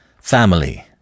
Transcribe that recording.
family